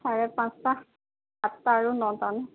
চাৰে পাঁচটা সাতটা আৰু নটা ন